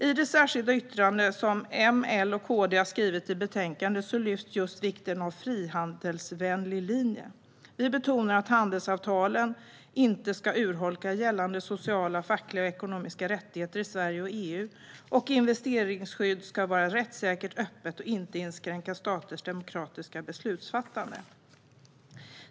I det särskilda yttrande som M, L och KD har skrivit i betänkandet lyfts just vikten av en frihandelsvänlig linje. Vi betonar att handelsavtalen inte ska urholka gällande sociala, fackliga och ekonomiska rättigheter i Sverige och EU. Investeringsskydd ska vara rättssäkert och öppet och inte inskränka staters demokratiska beslutsfattande.